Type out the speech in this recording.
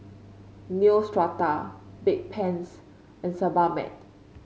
Neostrata Bedpans and Sebamed